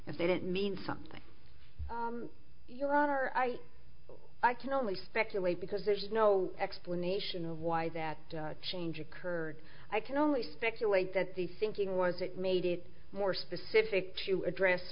if they didn't mean something your honor i can only speculate because there's no explanation of why that change occurred i can only speculate that the thinking was it made it more specific to address